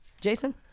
Jason